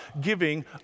giving